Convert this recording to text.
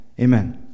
Amen